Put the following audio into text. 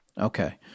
Okay